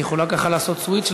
את יכולה לעשות סוויץ'?